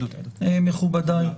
מכובדיי,